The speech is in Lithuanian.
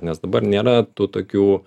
nes dabar nėra tų tokių